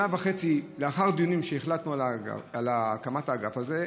שנה וחצי לאחר הדיונים שבהם החלטנו על הקמת האגף הזה,